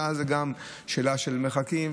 ואז זה גם שאלה של מרחקים,